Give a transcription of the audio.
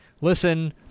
listen